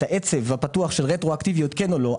את העצב הפתוח של רטרואקטיביות כן או לא,